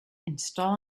install